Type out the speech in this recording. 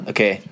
Okay